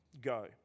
Go